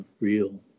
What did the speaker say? real